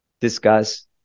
discuss